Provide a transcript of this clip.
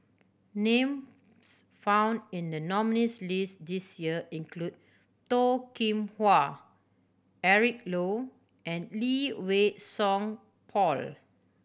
names found in the nominees' list this year include Toh Kim Hwa Eric Low and Lee Wei Song Paul